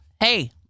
Hey